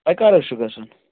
تۄہہِ کَر حظ چھُ گَژھُن